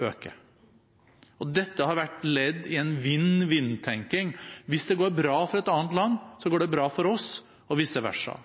øker. Dette har vært ledd i en vinn-vinn-tenking: Hvis det går bra for et annet land, går det bra for oss, og vice versa.